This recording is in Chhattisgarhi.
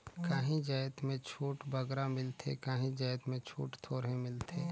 काहीं जाएत में छूट बगरा मिलथे काहीं जाएत में छूट थोरहें मिलथे